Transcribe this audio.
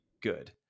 good